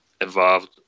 evolved